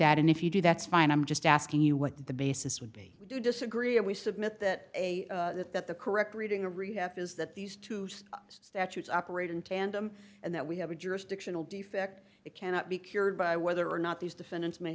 that and if you do that's fine i'm just asking you what the basis would be would you disagree and we submit that that the correct reading a review is that these two statutes operate in tandem and that we have a jurisdictional defect that cannot be cured by whether or not these defendants may